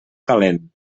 calent